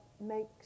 makes